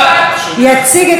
ועדת